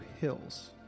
hills